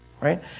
right